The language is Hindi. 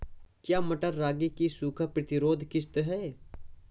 क्या मटर रागी की सूखा प्रतिरोध किश्त है?